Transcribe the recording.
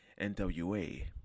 NWA